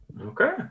Okay